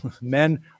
Men